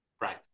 Right